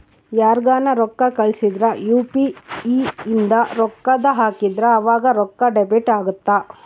ಯಾರ್ಗನ ರೊಕ್ಕ ಕಳ್ಸಿದ್ರ ಯು.ಪಿ.ಇ ಇಂದ ರೊಕ್ಕ ಹಾಕಿದ್ರ ಆವಾಗ ರೊಕ್ಕ ಡೆಬಿಟ್ ಅಗುತ್ತ